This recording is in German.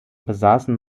besaßen